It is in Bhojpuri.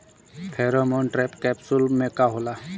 फेरोमोन ट्रैप कैप्सुल में का होला?